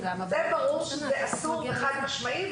זה ברור שזה אסור וחד משמעי,